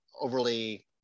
overly